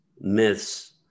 myths